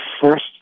first